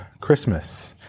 Christmas